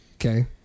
Okay